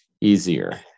easier